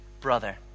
brother